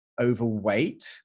overweight